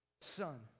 son